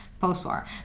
post-war